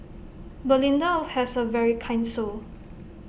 belinda has A very kind soul